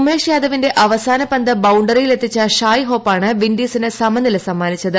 ഉമേഷ് യാദവിന്റെ അവസാന പന്ത് ബൌണ്ടറിയിൽ എത്തിച്ച ഷായ്ഹോപ്പാണ് വിൻഡീസിന് സമനില സമ്മാനിച്ചത്